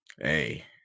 hey